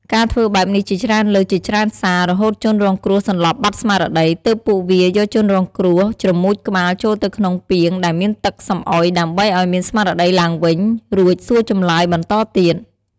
ការធ្វើបែបនេះជាច្រើនលើកជាច្រើនសាររហូតជនរងគ្រោះសន្លប់បាត់ស្មារតី ទើបពួកវាយកជនរងគ្រោះជ្រមុជក្បាលចូលទៅក្នុងពាងដែលមានទឹកសំអុយដើម្បីអោយមានស្មារតីឡើងវិញរួចសួរចម្លើយ បន្ដទៀត។